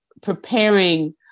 preparing